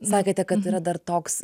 sakėte kad yra dar toks